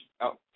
out